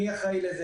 מי אחראי על זה,